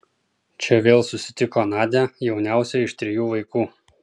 čia vėl susitiko nadią jauniausią iš trijų vaikų